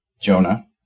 Jonah